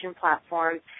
platforms